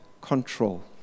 control